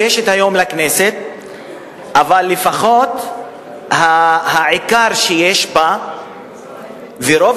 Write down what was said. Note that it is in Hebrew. על הכביש עם הילקוט על גבם והמשיך בנסיעה ודרס